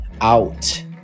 out